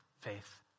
faith